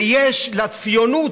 ויש לציונות,